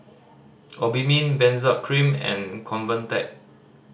Obimin Benzac Cream and Convatec